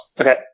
okay